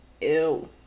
Ew